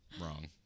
Wrong